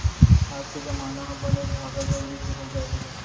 आज के जमाना ह बनेच भागा दउड़ी के हो गए हे